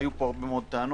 היו פה הרבה מאוד טענות,